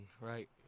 right